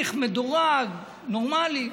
תהליך מדורג, נורמלי.